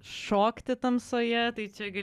šokti tamsoje tai čia